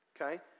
okay